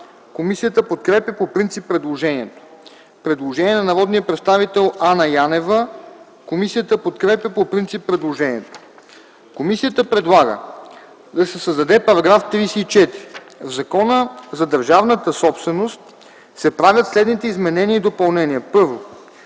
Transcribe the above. Комисията подкрепя по принцип предложението. Има предложение на народния представител Анна Янева. Комисията подкрепя по принцип предложението. Комисията предлага да се създаде нов § 34: „§ 34. В Закона за държавната собственост (обн., ДВ, бр. ...) се правят следните изменения и допълнения: 1.